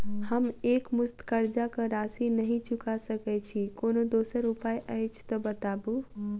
हम एकमुस्त कर्जा कऽ राशि नहि चुका सकय छी, कोनो दोसर उपाय अछि तऽ बताबु?